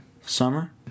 Summer